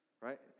right